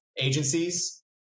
agencies